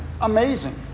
Amazing